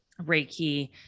Reiki